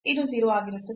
ಇದು 0 ಆಗಿರುತ್ತದೆ